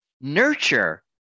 nurture